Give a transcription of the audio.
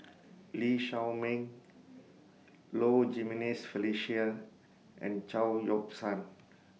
Lee Shao Meng Low Jimenez Felicia and Chao Yoke San